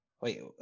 Wait